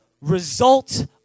result